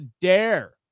dare